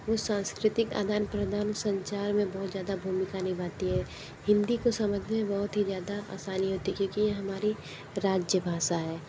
वो सांस्कृतिक आदान प्रदान संचार में बहुत ज़्यादा भूमिका निभाती है हिन्दी को समझ में बहुत ही ज़्यादाआसानी होती है क्योंकि ये हमारी राज्य भाषा है